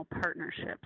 partnerships